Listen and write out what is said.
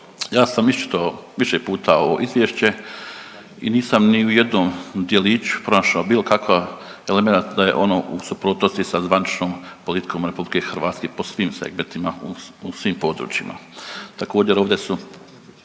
Ja sam iščito više puta ovo izvješće i nisam ni u jednom djeliću pronašao bilo kakav elemenat da je ono u suprotnosti sa zvaničnom politikom RH po svim segmentima u svim područjima. Također ovdje su